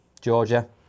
Georgia